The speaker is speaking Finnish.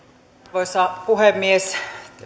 arvoisa puhemies